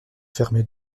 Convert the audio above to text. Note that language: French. fermé